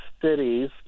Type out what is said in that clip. cities